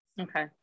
Okay